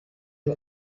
ngo